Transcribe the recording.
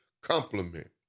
compliment